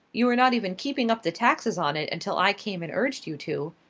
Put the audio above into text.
you were not even keeping up the taxes on it until i came and urged you to,